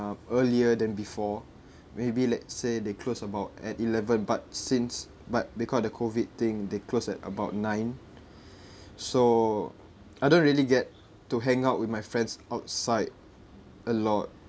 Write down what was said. earlier than before maybe let's say they close about at eleven but since but because the COVID thing they close at about nine so I don't really get to hang out with my friends outside a lot